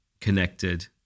connected